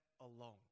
alone